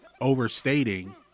overstating